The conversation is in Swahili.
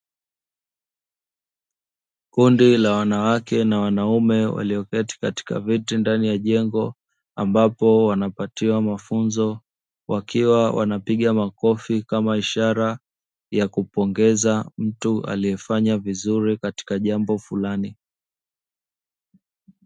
Kundi la wanawake na wanaume walioketi katika viti ndani ya jengo ambapo wanapatiwa mafunzo, wakiwa wanapiga makofi kama ishara ya kupongeza mtu aliyefanya vizuri katika jambo fulani.